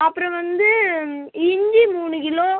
அப்புறம் வந்து இஞ்சி மூணு கிலோ